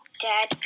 dad